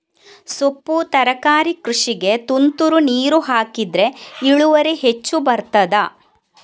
ಸೊಪ್ಪು ತರಕಾರಿ ಕೃಷಿಗೆ ತುಂತುರು ನೀರು ಹಾಕಿದ್ರೆ ಇಳುವರಿ ಹೆಚ್ಚು ಬರ್ತದ?